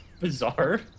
bizarre